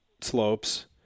slopes